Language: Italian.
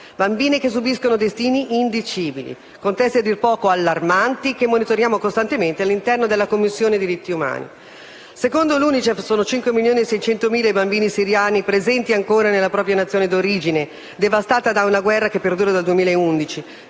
bambine che subiscono destini indicibili. Sono contesti a dir poco allarmanti, che monitoriamo costantemente all'intero della Commissione diritti umani. Secondo l'UNICEF sono 5.600.000 i bambini siriani presenti ancora nella propria Nazione d'origine, devastata da una guerra che perdura dal 2011;